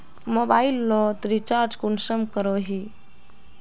Mobile लोत recharge कुंसम करोही?